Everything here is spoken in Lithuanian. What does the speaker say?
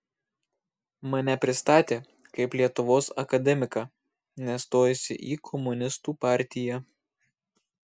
mane pristatė kaip lietuvos akademiką nestojusį į komunistų partiją